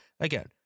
again